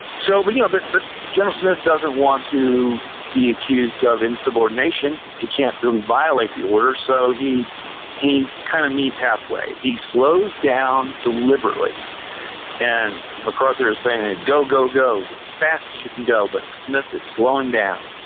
so you know but but general smith doesn't want to be accused of insubordination. he can't really violate the order so he he kind of meets halfway. he slows down deliberately and macarthur is saying, ah go, go, go, as fast as you can go. but smith is slowing down.